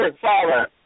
Father